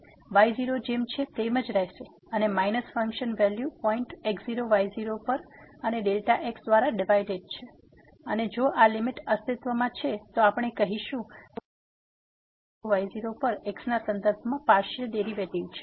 તેથી y0 જેમ છે તેમજ રહેશે અને minus function value point x0y0 પર અને Δx દ્વારા ડિવાઈડેડ છે અને જો આ લીમીટ અસ્તિત્વમાં છે તો આપણે કહીશું કે આ પોઈન્ટ x0y0 પર x ના સંદર્ભમાં પાર્સીઅલ ડેરીવેટીવ છે